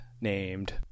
named